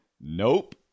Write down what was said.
Nope